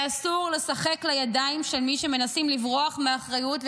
ואסור לשחק לידיים של מי שמנסים לברוח מאחריות.